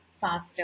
faster